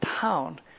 town